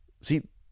See